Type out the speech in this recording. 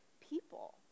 people